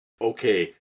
okay